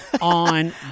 on